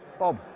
bob,